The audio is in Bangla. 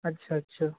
আচ্ছা আচ্ছা